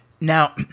Now